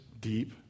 deep